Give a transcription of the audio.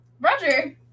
Roger